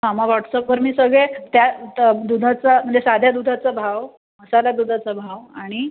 हां मग व्हॉट्सअपवर मी सगळे त्या त दुधाचा म्हणजे साध्या दुधाचा भाव मसाला दुधाचा भाव आणि